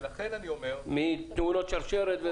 למשל מתאונות שרשרת?